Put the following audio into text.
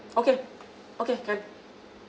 okay okay can